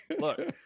look